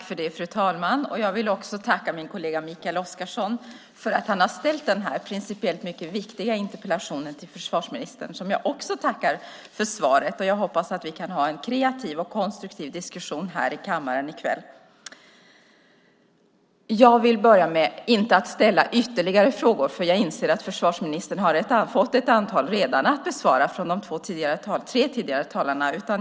Fru talman! Jag vill också tacka min kollega Mikael Oscarsson för att han har ställt den här principiellt mycket viktiga interpellationen till försvarsministern, och jag också tackar för svaret. Jag hoppas att vi kan ha en kreativ och konstruktiv diskussion här i kammaren i kväll. Jag vill inte börja med att ställa ytterligare frågor, för jag inser att försvarsministern har fått ett antal redan att besvara från de tre tidigare talarna.